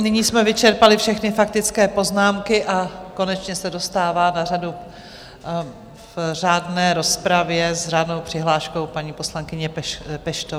Nyní jsme vyčerpali všechny faktické poznámky a konečně se dostává na řadu v řádné rozpravě s řádnou přihláškou paní poslankyně Peštová.